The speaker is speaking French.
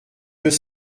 deux